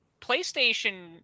PlayStation